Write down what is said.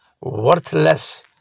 worthless